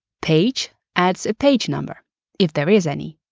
page adds a page number if there is any.